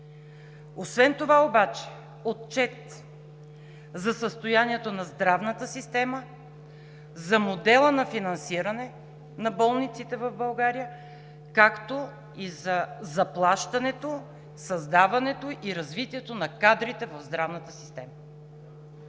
Освен това обаче – отчет за състоянието на здравната система, за модела на финансиране на болниците в България, както и за заплащането, създаването и развитието на кадрите в здравната система.